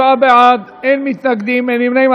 47 בעד, אין מתנגדים, אין נמנעים.